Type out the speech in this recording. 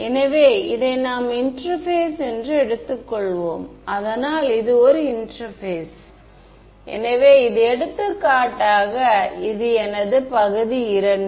எனவே நான் இப்படி கேட்கிறேன் என்று வைத்துக்கொள்வோம் x×H என்பது என்ன அதாவது x×H இருக்கும்